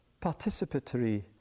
participatory